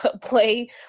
play